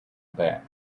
back